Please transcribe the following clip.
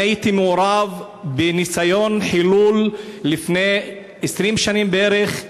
אני הייתי מעורב בניסיון חילול לפני 20 שנים בערך,